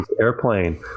Airplane